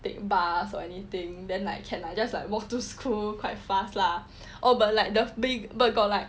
take bus or anything then like can lah just like walk to school quite fast lah oh but like got like